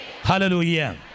Hallelujah